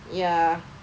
ya